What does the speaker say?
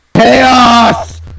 Chaos